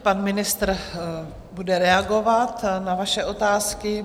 Pan ministr bude reagovat na vaše otázky.